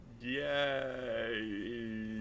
Yay